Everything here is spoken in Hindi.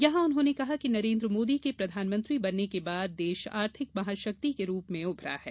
यहां उन्होंने कहा कि नरेन्द्र मोदी के प्रधानमंत्री बनने के बाद देश आर्थिक महाशक्ति के रूप में उभरा है